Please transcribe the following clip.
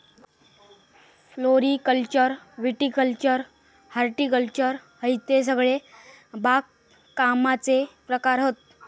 floriculture viticulture horticulture हयते सगळे बागकामाचे प्रकार हत